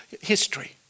history